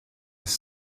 his